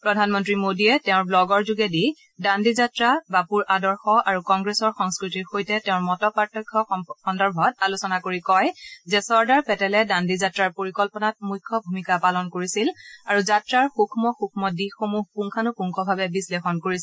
প্ৰধানমন্ত্ৰী মোদীয়ে তেওঁৰ ব্লগৰ যোগেদি দাণ্ডিযাত্ৰা বাপুৰ আদৰ্শ আৰু কংগ্ৰেছৰ সংস্কৃতিৰ সৈতে তেওঁৰ মত পাৰ্থক্য সন্দৰ্ভত আলোচনা কৰি কয় যে চৰ্দাৰ পেটেলে দাণ্ডিযাত্ৰাৰ পৰিকল্পনাত মুখ্য ভূমিকা পালন কৰিছিল আৰু যাত্ৰাৰ সূক্ষ্ম সূক্ষ্ম দিশসমূহ পুংখানুপুংখভাৱে বিশ্লেষণ কৰিছিল